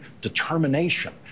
determination